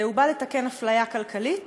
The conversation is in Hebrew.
הוא בא לתקן אפליה כלכלית